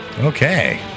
Okay